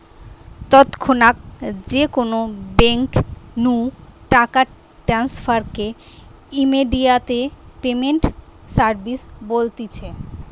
তৎক্ষণাৎ যে কোনো বেঙ্ক নু টাকা ট্রান্সফার কে ইমেডিয়াতে পেমেন্ট সার্ভিস বলতিছে